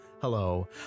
Hello